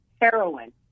heroin